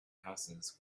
houses